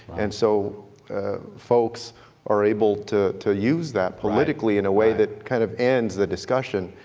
and so folks are able to to use that politically in a way that kind of ends the discussion.